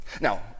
Now